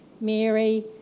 Mary